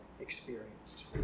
experienced